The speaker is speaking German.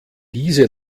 diese